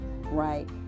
right